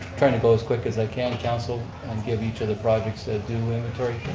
trying to go as quick as i can council and give each of the projects due inventory.